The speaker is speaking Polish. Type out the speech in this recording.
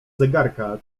zegarka